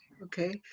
Okay